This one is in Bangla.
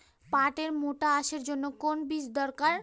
পাটের মোটা আঁশের জন্য কোন বীজ দরকার?